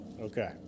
Okay